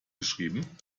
geschrieben